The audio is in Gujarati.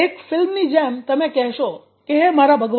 એક ફિલ્મની જેમ તમે કહેશો કે હે મારા ભગવાન